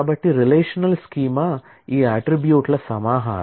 కాబట్టి relational schema ఈ attribute ల సమాహారం